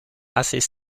assez